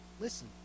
listen